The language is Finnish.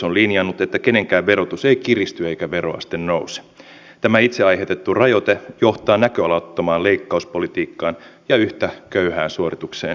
on linjannut että kenenkään verotus ei annettava kiitos siitä että esimerkiksi viitostielle ohjataan korjausrahaa jotta yksi pääväylistämme saadaan vihdoin asialliseen kuntoon